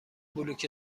بلوک